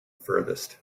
furthest